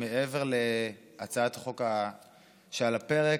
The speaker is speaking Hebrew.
מעבר להצעת החוק שעל הפרק,